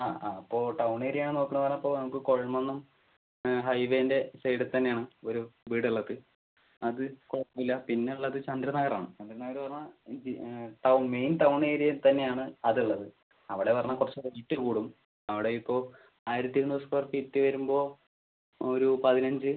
ആ ആ അപ്പം ടൗൺ ഏരിയയാണ് നോക്കുന്നത് പറഞ്ഞാൽ ഇപ്പോൾ നമുക്ക് കുഴൽമന്ദം ഹൈവേന്റെ സൈഡ് തന്നെയാണ് ഒരു വീട് ഉള്ളത് അത് കുഴപ്പമില്ല പിന്നെ ഉള്ളത് ചന്ദ്രനഗർ ആണ് ചന്ദ്രനഗർ പറഞ്ഞാൽ മെയിൻ ടൗൺ ഏരിയയിൽ തന്നെ ആണ് അത് ഉള്ളത് അവിടെ പറഞ്ഞാൽ കുറച്ച് റേറ്റ് കൂടും അവിടെ ഇപ്പം ആയിരത്തി ഇരുന്നൂറ് സ്ക്വയർ ഫീറ്റ് വരുമ്പോൾ ഒരു പതിനഞ്ച്